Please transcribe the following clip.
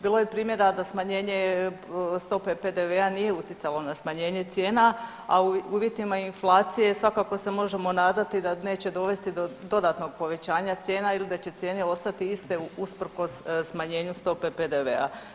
Bilo je primjera da smanjenje stope PDV-a nije utjecalo na smanjenje cijena, a u uvjetima inflacije svakako se možemo nadati da neće dovesti do dodatnog povećanja cijena ili da će cijene ostati iste usprkos smanjenju stope PDV-a.